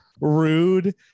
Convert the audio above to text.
rude